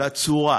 על הצורה,